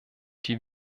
die